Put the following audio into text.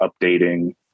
updating